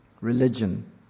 Religion